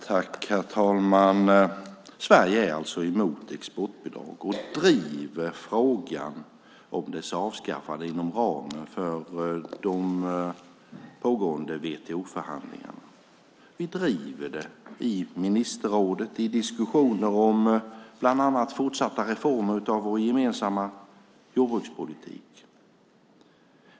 Herr talman! Sverige är alltså emot exportbidrag och driver frågan om dess avskaffande inom ramen för de pågående WTO-förhandlingarna. Vi driver frågan i ministerrådet i diskussioner om bland annat fortsatta reformer av vår gemensamma jordbrukspolitik.